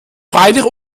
freilich